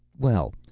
well,